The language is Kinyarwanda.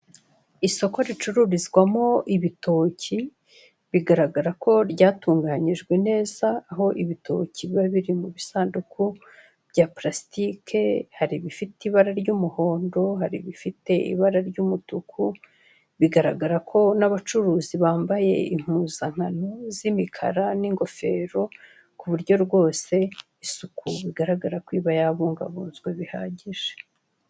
Isoko ricururizwamo ibitoki, bigaragara ko ryatunganyijwe neza, aho ibitoki biba biri mu bisanduku bya parasitike hari ibifite ibara ry'umuhondo, hari ibifite ibara ry'umutuku, bigaragara ko n'abacuruzi bambaye impuzankano z'imikara n'ingofero ku buryo rwose isuku bigaragara ko iba yabungabunzwe bihagije.